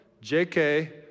JK